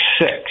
six